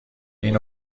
این